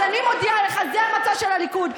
אז אני מודיעה לך: זה המצע של הליכוד.